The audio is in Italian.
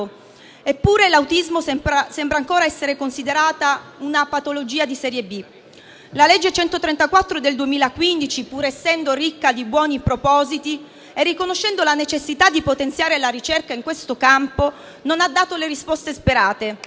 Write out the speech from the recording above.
Eppure l'autismo sembra ancora essere considerato una patologia di serie B. La legge n. 134 del 2015, pur essendo ricca di buoni propositi e riconoscendo la necessità di potenziare la ricerca in questo campo, non ha dato le risposte sperate.